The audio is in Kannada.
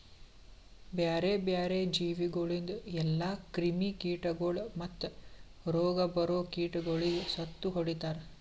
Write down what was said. ಬ್ಯಾರೆ ಬ್ಯಾರೆ ಜೀವಿಗೊಳಿಂದ್ ಎಲ್ಲಾ ಕ್ರಿಮಿ ಕೀಟಗೊಳ್ ಮತ್ತ್ ರೋಗ ಬರೋ ಕೀಟಗೊಳಿಗ್ ಸತ್ತು ಹೊಡಿತಾರ್